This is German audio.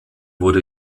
wurde